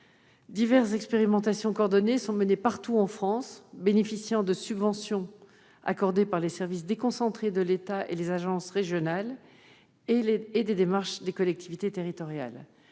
Diverses expérimentations coordonnées sont réalisées partout en France et bénéficient de subventions accordées par les services déconcentrés de l'État et les agences régionales de santé, les ARS, ainsi que par les collectivités territoriales.